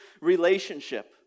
relationship